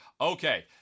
Okay